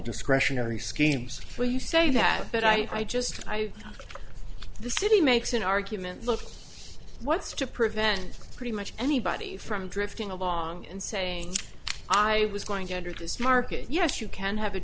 discretionary schemes for you say that but i just the city makes an argument look what's to prevent pretty much anybody from drifting along and saying i was going under this market yes you can have a